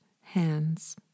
hands